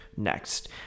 Next